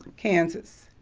kansas.